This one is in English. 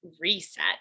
Reset